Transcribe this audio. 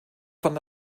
fand